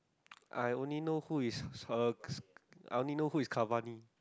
I only know who is uh I only know who is Cavani